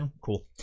Cool